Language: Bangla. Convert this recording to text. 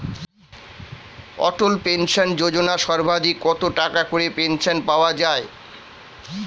অটল পেনশন যোজনা সর্বাধিক কত টাকা করে পেনশন পাওয়া যায়?